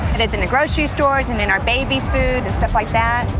and it's in the grocery stores, and in our baby's food. and stuff like that.